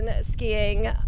skiing